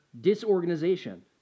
disorganization